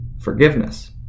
forgiveness